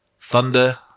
thunder